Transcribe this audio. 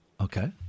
Okay